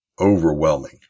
overwhelming